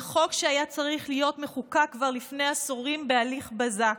זה חוק שהיה צריך להיות מחוקק כבר לפני עשורים בהליך בזק.